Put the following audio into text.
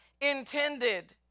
intended